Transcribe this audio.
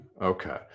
Okay